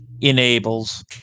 enables